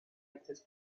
access